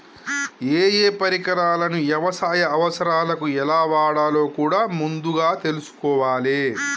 ఏయే పరికరాలను యవసాయ అవసరాలకు ఎలా వాడాలో కూడా ముందుగా తెల్సుకోవాలే